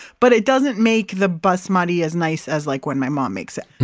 but it doesn't make the basmati as nice as like when my mom makes it.